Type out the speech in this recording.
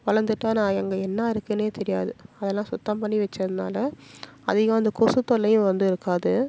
வளர்ந்துட்டா நான் அங்கே என்ன இருக்குனே தெரியாது அதெலாம் சுத்தம் பண்ணி வச்சதுனால அதிகம் அந்த கொசு தொல்லையும் வந்து இருக்காது